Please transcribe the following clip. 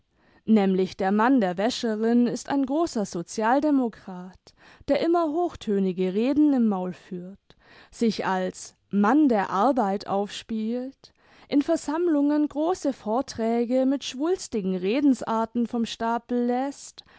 nämlich der mann der wäscherin ist ein großer sozialdemokrat der immer hochtönige reden im maul führt sich als mann der arbeit aufspielt in versanunlungen große vorträge mit schwulstigen redensarten vom stapel läßt